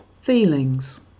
Feelings